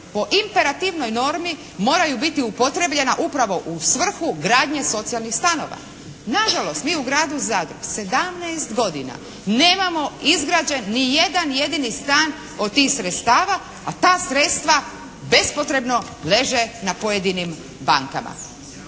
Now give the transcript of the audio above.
po imperativnoj normi moraju biti upotrijebljena upravo u svrhu gradnje socijalnih stanova. Nažalost mi u gradu Zadru 17 godina nemamo izgrađen ni jedan jedini stan od tih sredstava, a ta sredstva bespotrebno leže na pojedinim bankama.